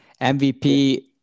MVP